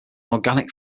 organic